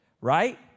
right